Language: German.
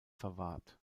verwahrt